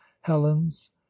helen's